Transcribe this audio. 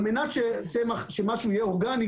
על מנת שמשהו יהיה אורגני,